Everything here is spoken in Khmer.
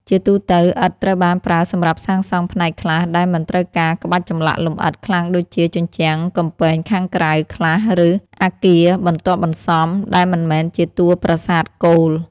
ជាទូទៅ ឥដ្ឋត្រូវបានប្រើសម្រាប់សាងសង់ផ្នែកខ្លះដែលមិនត្រូវការក្បាច់ចម្លាក់លម្អិតខ្លាំងដូចជា ជញ្ជាំងកំពែងខាងក្រៅ ខ្លះ ឬ អគារបន្ទាប់បន្សំ ដែលមិនមែនជាតួប្រាសាទគោល។